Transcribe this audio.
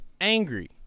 angry